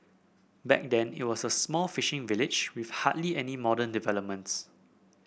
back then it was an small fishing village with hardly any modern developments